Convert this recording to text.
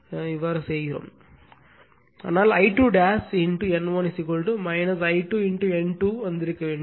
ஆனால் I2' N1 I2 N2 வந்திருக்க வேண்டும்